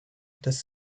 des